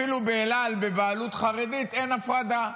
אפילו באל על, בבעלות חרדית, אין הפרדה.